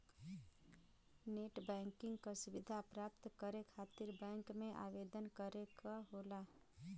net banking क सुविधा प्राप्त करे खातिर बैंक में आवेदन करे क होला